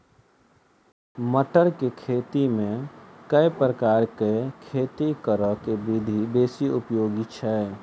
मटर केँ खेती मे केँ प्रकार केँ खेती करऽ केँ विधि बेसी उपयोगी छै?